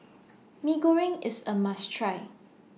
Mee Goreng IS A must Try